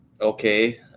okay